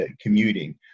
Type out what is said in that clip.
commuting